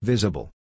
Visible